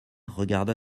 regarda